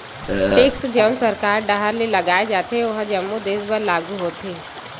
tax जउन सरकार डाहर ले लगाय जाथे ओहा जम्मो देस बर लागू होथे